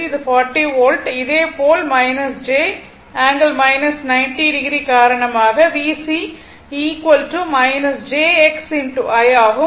இது 40 வோல்ட் இதே போல் j ∠ 90o காரணமாக VC j X I ஆகும்